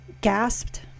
gasped